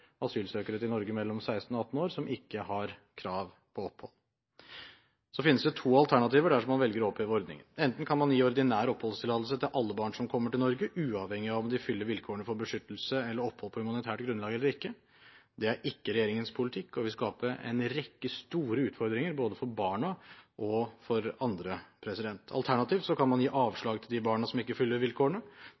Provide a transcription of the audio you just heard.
asylsøkere mellom 16 og 18 år til Norge som ikke har krav på opphold. Det finnes to alternativer dersom man velger å oppheve ordningen. Enten kan man gi ordinær oppholdstillatelse til alle barn som kommer til Norge, uavhengig av om de oppfyller vilkårene for beskyttelse eller opphold på humanitært grunnlag eller ikke. Det er ikke regjeringens politikk og vil skape en rekke store utfordringer, både for barna og for andre. Alternativt kan man gi avslag til de barna som ikke oppfyller vilkårene,